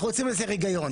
אנחנו רוצים לזה היגיון.